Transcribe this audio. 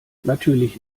natürlich